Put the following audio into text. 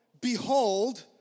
Behold